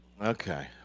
Okay